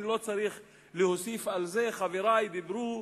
אני לא צריך להוסיף על זה, חברי דיברו